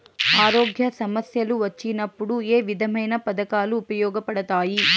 ఆరోగ్య సమస్యలు వచ్చినప్పుడు ఏ విధమైన పథకాలు ఉపయోగపడతాయి